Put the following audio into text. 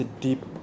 deep